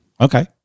Okay